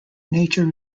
nature